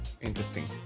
Interesting